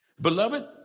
Beloved